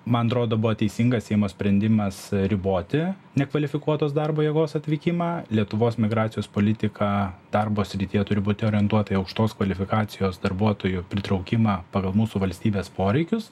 man atrodo buvo teisingas seimo sprendimas riboti nekvalifikuotos darbo jėgos atvykimą lietuvos migracijos politika darbo srityje turi būti orientuota į aukštos kvalifikacijos darbuotojų pritraukimą pagal mūsų valstybės poreikius